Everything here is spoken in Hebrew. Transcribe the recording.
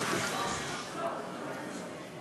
חבר הכנסת מרגי.